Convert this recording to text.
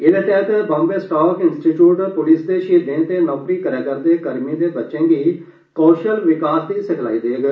एदे तैहत Bombay stock institute police दे शहीदें ते नौकरी करा करदे कर्मियें दे बच्चें गी कौशल विकास दी सिखलाई देग